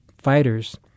fighters